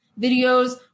videos